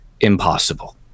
impossible